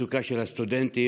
המצוקה של הסטודנטים